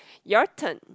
your turn